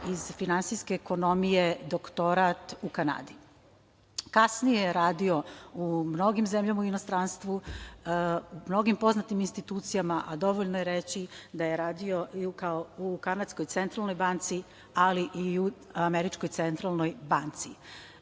iz finansijske ekonomije doktorat u Kanadi. Kasnije je radio u mnogim zemljama u inostranstvu, mnogim poznatim institucijama, a dovoljno je reći da je radio u Kanadskoj centralnoj banci, ali i u Američkoj centralnoj banci.